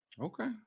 Okay